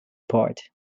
port